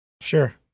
Sure